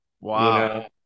Wow